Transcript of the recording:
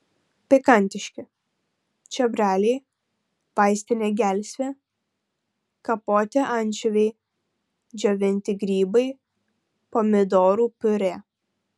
pikantiški čiobreliai vaistinė gelsvė kapoti ančiuviai džiovinti grybai pomidorų piurė